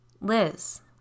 Liz